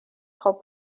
خوب